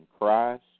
Christ